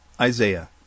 Isaiah